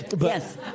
Yes